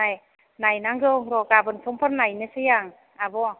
नाय नायनांगौ र' गाबोन समफोर नायनोसै आं आब'